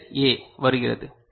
ஏ வருகிறது பி